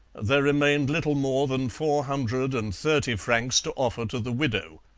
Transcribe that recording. there remained little more than four hundred and thirty francs to offer to the widow.